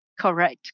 Correct